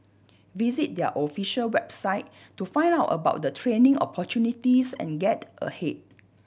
visit their official website to find out about the training opportunities and get ahead